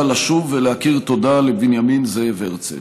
לשוב ולהכיר תודה לבנימין זאב הרצל,